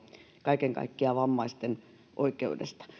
kaiken kaikkiaan vammaisten oikeudesta